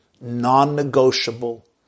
non-negotiable